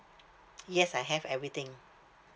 yes I have everything